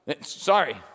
Sorry